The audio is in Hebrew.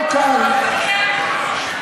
לא קראת את דוח המבקר?